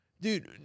dude